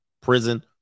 prison